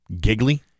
Giggly